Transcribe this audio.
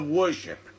worship